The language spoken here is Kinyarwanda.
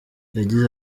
yagize